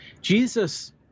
Jesus